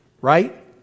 Right